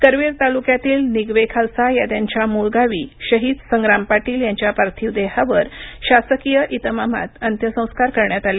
करवीर तालुक्यातील निगवे खालसा या त्यांच्या मूळ गावी शहीद संग्राम पाटील यांच्या पार्थिव देहावर शासकीय इतमामात अंत्यसंस्कार करण्यात आले